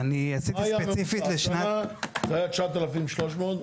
אני עשיתי ספציפית לשנת --- השנה זה היה 9,300,